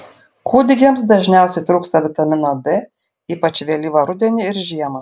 kūdikiams dažniausiai trūksta vitamino d ypač vėlyvą rudenį ir žiemą